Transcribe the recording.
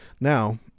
Now